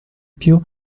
più